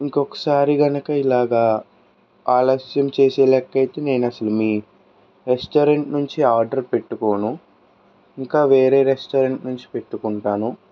ఇంకోకసారి కనుక ఇలాగా ఆలస్యం చేసే లెక్క అయితే నేను అస్సలు మీ రెస్టారెంట్ నుంచి ఆర్డర్ పెట్టుకోను ఇంకా వేరే రెస్టారెంట్ నుంచి పెట్టుకుంటాను